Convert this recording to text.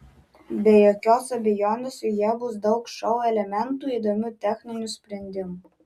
be jokios abejonės joje bus daug šou elementų įdomių techninių sprendimų